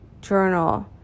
journal